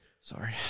Sorry